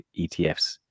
ETFs